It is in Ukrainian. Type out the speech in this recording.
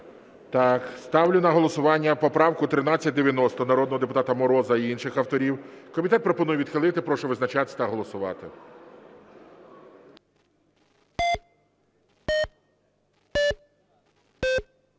Так ставлю на голосування поправку 1390 народного депутата Мороза і інших авторів. Комітет пропонує відхилити. Прошу визначатися та голосувати.